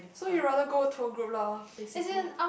so you rather go tour group lah basically